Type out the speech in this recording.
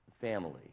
family